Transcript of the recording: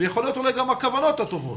ויכול להיות אולי גם הכוונות הטובות,